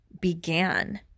began